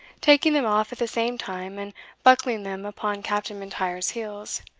taking them off at the same time, and buckling them upon captain mlntyre's heels,